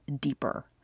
deeper